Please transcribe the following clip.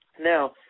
Now